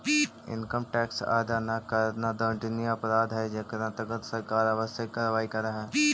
income tax अदा न करला दंडनीय अपराध हई जेकर अंतर्गत सरकार आवश्यक कार्यवाही करऽ हई